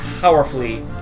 powerfully